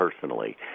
personally